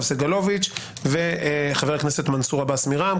סגלוביץ' וחבר הכנסת מנסור עבאס מרע"מ,